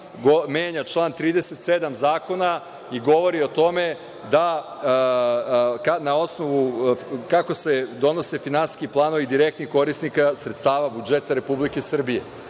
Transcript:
menja član 37. zakona i govori o tome kako se donose finansijski planovi direktnih korisnika sredstava budžeta Republike Srbije